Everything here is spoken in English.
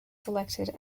selected